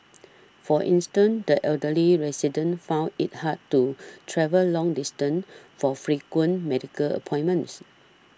for instance the elderly residents found it hard to travel long distances for frequent medical appointments